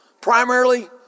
primarily